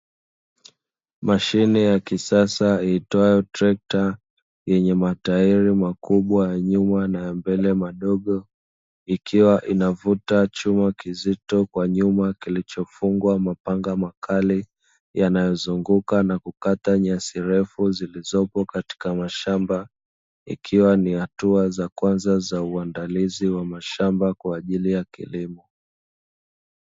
Mashine ya kisasa iitwayo trekta yenye matairi makubwa ya nyuma na mbele madogo, ikiwa inavuta chuma kizito kwa nyuma kilichofungwa mapanga makali yanayozunguka na kukata nyasi ndefu zilizopo katika mashamba, ikiwa ni hatua za kwanza za uandalizi wa mashamba kwa ajili ya kilimo.